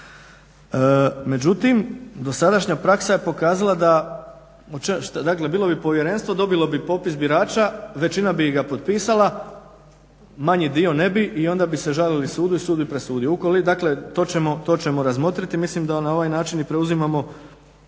Međutim, dosadašnja praksa je pokazala da dakle bilo bi povjerenstvo, dobilo bi popis birača, većina bi ga potpisala, manji dio ne bi i onda bi se žalili sudu i sud bi presudio. Dakle, to ćemo razmotriti i mislim da na ovaj način i preuzimamo